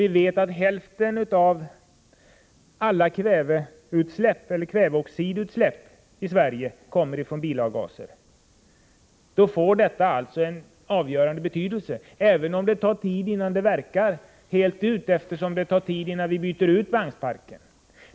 Och eftersom hälften av alla kväveoxidutsläpp i Sverige kommer från bilavgaser får detta en avgörande betydelse, även om det tar tid innan det verkar fullt ut, eftersom det tar tid innan vagnparken byts ut.